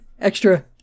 extra